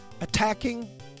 Attacking